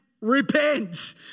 repent